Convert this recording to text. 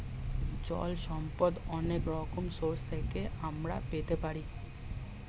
জল সম্পদ অনেক রকম সোর্স থেকে আমরা পেতে পারি